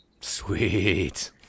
Sweet